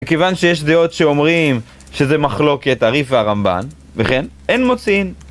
מכיוון שיש דעות שאומרים שזה מחלוקת את הרי"ף והרמב"ן, וכן, אין מוצאין.